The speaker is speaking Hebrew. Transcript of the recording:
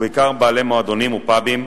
ובעיקר בעלי מועדונים ופאבים,